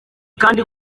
kandi